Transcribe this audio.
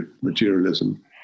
materialism